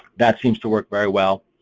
that seems to work very well.